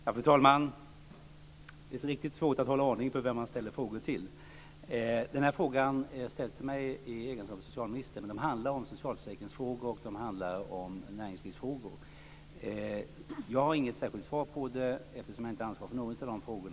Fru talman! Det är visst riktigt svårt att hålla ordning på vem man ställer frågor till. Den här frågan är ställd till mig i min egenskap av socialminister, men den handlar om socialförsäkringsfrågor och näringslivsfrågor. Jag är inte särskilt bra på detta, eftersom jag inte ansvarar för någon av dessa frågor.